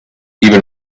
even